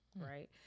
right